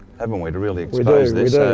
haven't we? to really expose this.